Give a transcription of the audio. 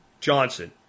Johnson